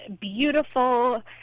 beautiful